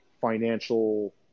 financial